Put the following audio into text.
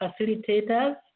facilitators